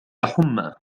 حمى